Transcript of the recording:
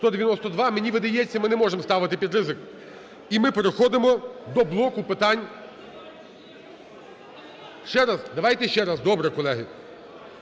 За-192 Мені видається, ми не можемо ставити під ризик. І ми переходимо до блоку питань. Ще раз? Давайте ще раз, добре, колеги.